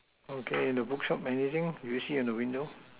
okay the bookshop magazine do you see in the window